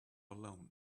alone